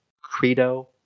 credo